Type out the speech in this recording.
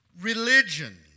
religion